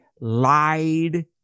lied